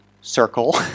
circle